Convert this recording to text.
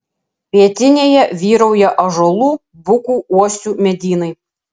pietinėje vyrauja ąžuolų bukų uosių medynai